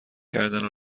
کردنو